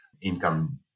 income